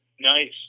nice